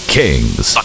kings